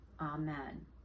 amen